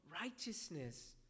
righteousness